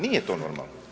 Nije to normalno.